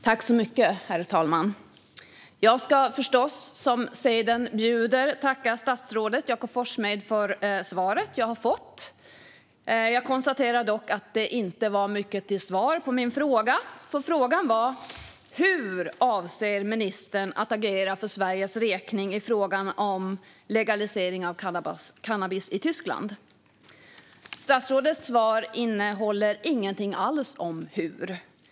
Herr talman! Jag ska förstås, som seden bjuder, tacka statsrådet Jakob Forssmed för det svar som jag har fått. Jag konstaterar dock att det inte var mycket till svar på min fråga. Frågan var: Hur avser ministern att agera för Sveriges räkning i fråga om legalisering av cannabis i Tyskland? Statsrådets svar innehåller ingenting alls om hur man avser att agera.